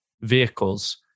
vehicles